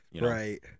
Right